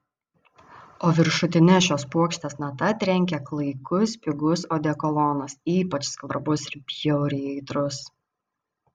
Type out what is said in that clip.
o viršutine šios puokštės nata trenkė klaikus pigus odekolonas ypač skvarbus ir bjauriai aitrus